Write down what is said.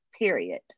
Period